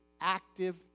active